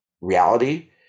reality